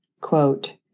quote